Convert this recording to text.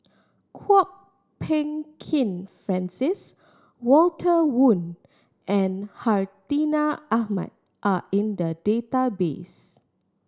Kwok Peng Kin Francis Walter Woon and Hartinah Ahmad are in the database